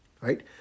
right